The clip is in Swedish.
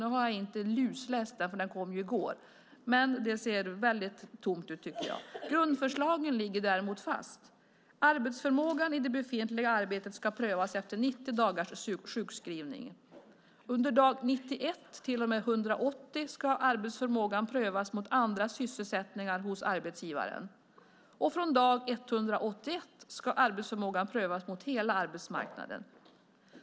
Nu har jag inte lusläst den, för den kom ju i går, men det ser väldigt tomt ut, tycker jag. Grundförslagen ligger däremot fast. Arbetsförmågan i det befintliga arbetet ska prövas efter 90 dagars sjukskrivning. Från dag 91 till och med dag 180 ska arbetsförmågan prövas mot andra sysselsättningar hos arbetsgivaren, och från dag 181 ska arbetsförmågan prövas mot hela arbetsmarknaden.